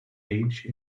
age